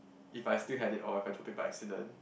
if I still had it or if I took it by accident